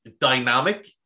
dynamic